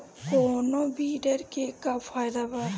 कौनो वीडर के का फायदा बा?